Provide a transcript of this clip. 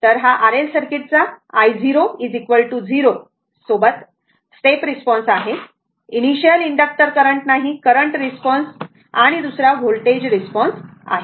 तर हा R L सर्किटचा i0 0 सह स्टेप रिस्पॉन्स आहे इनिशिअल इनडक्टर करंट नाही करंट रिस्पॉन्स आणि दुसरा व्होल्टेज रिस्पॉन्स आहे